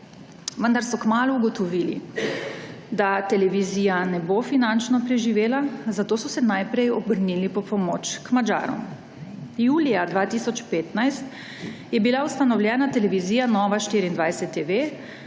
Vendar so kmalu ugotovili, da televizija ne bo finančno preživela, zato so se najprej obrnili po pomoč k Madžarom. Julija 2015 je bila ustanovljena televizija Nova24TV